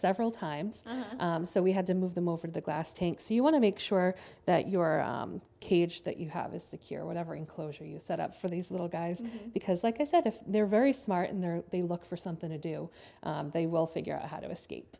several times so we had to move them over the glass tank so you want to make sure that your cage that you have is secure whatever enclosure you set up for these little guys because like i said if they're very smart and they're they look for something to do they will figure out how to escape